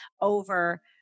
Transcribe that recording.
over